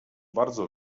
bardzo